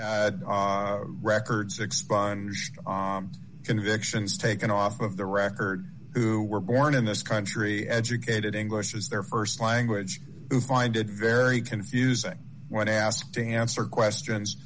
had records expunged convictions taken off of the record who were born in this country educated english is their st language who find it very confusing when asked to answer questions